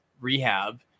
rehab